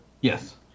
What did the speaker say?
yes